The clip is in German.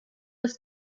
des